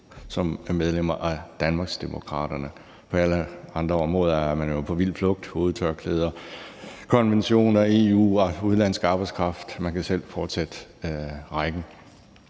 de var medlemmer af Dansk Folkeparti. På alle andre områder er man jo på vild flugt – hovedtørklæder, konventioner, EU og udenlandsk arbejdskraft; man kan selv fortsætte rækken.